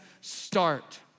start